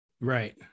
Right